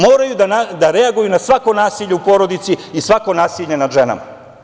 Moraju da reaguju na svako nasilje u porodici i svako nasilje nad ženama.